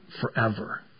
forever